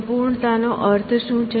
સંપૂર્ણતા નો અર્થ શું છે